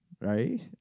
right